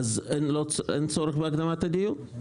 אין צורך בהקדמת הדיון.